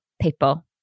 people